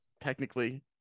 technically